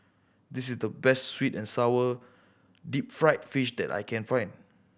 this is the best sweet and sour deep fried fish that I can find